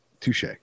touche